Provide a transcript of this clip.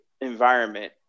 environment